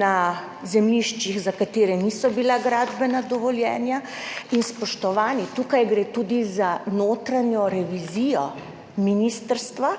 na zemljiščih, za katera ni gradbenih dovoljenj in, spoštovani, tukaj gre tudi za notranjo revizijo ministrstva.